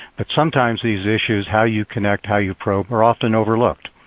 but sometimes these issues, how you connect, how you probe, are often overlooked.